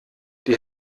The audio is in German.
die